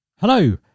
Hello